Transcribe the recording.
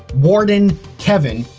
warden kevin,